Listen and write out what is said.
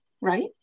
right